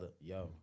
Yo